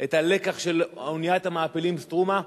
את הלקח של אוניית המעפילים "סטרומה".